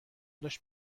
داشت